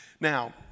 Now